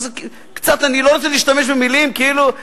אני לא רוצה להשתמש במלים כאילו,